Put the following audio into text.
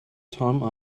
time